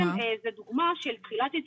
של תחילת התפרצות,